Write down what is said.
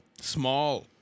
Small